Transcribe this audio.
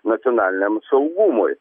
nacionaliniam saugumui